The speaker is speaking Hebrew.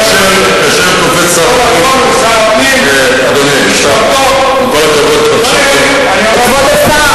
כאשר קופץ שר הפנים, זה שר הפנים, משמרתו.